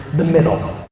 the middle.